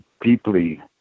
deeply